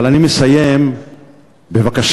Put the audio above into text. אבל אני מסיים בבקשה: